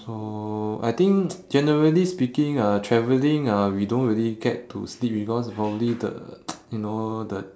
so I think generally speaking uh travelling uh we don't really get to sleep because probably the you know the